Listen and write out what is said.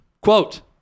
Quote